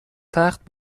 تخت